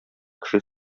кеше